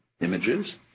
images